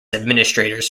administrators